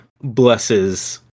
blesses